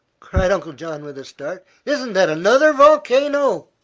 cried uncle john, with a start. isn't that another volcano?